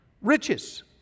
riches